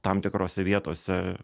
tam tikrose vietose